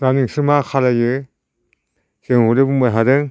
दा नोंसोर मा खालामो जों हले बुंबाय थादों